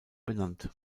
benannt